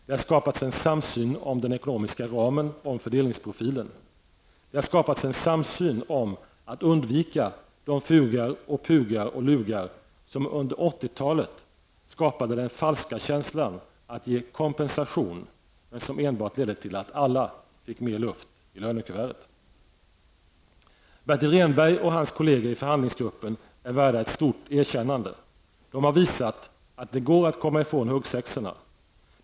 Det har skapats en samsyn om den ekonomiska ramen och om fördelningsprofilen. Det har skapats en samsyn om att undvika de FUG-aroch PUG-ar och LUG-ar som under 80-talet skapade den falska känslan av att ge kompensation, men som enbart ledde till att alla fick luft i lönekuverten. Bertil Rehnberg och hans kolleger i förhandlingsgruppen är värda ett stort erkännande. De har visat att det går att komma ifrån huggsexorna.